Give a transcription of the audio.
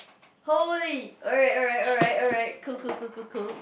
holy alright alright alright alright cool cool cool